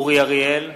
אורי אריאל,